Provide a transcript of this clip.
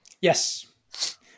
Yes